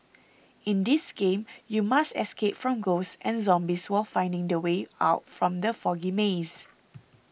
in this game you must escape from ghosts and zombies while finding the way out from the foggy maze